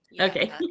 Okay